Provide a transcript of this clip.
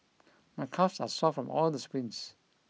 my calves are sore from all the sprints